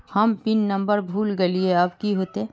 हम pin number भूल गलिऐ अब की होते?